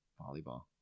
volleyball